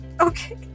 Okay